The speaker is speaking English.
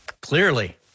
Clearly